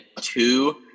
two